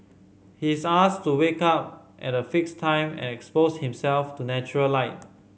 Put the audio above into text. he is asked to wake up at a fixed time and expose himself to natural light